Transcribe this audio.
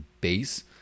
base